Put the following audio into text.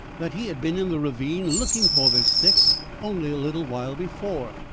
that he had been in the ravine looking for this stick only a little while before,